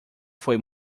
foi